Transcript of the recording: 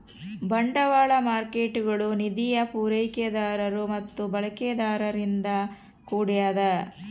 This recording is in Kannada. ಬಂಡವಾಳ ಮಾರ್ಕೇಟ್ಗುಳು ನಿಧಿಯ ಪೂರೈಕೆದಾರರು ಮತ್ತು ಬಳಕೆದಾರರಿಂದ ಕೂಡ್ಯದ